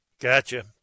Gotcha